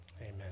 Amen